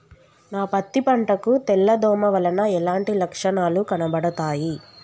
నా పత్తి పంట కు తెల్ల దోమ వలన ఎలాంటి లక్షణాలు కనబడుతాయి?